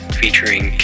featuring